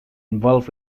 involved